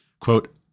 Quote